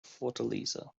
fortaleza